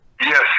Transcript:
Yes